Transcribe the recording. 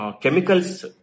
chemicals